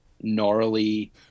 gnarly